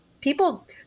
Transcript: people